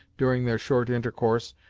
during their short intercourse,